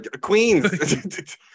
queens